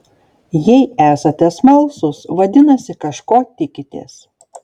jei esate smalsūs vadinasi kažko tikitės